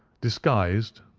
disguised,